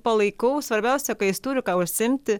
palaikau svarbiausia kad jis turi ką užsiimti